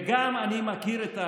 וגם, אני מכיר,